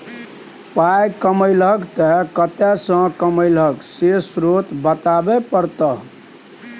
पाइ कमेलहक तए कतय सँ कमेलहक से स्रोत बताबै परतह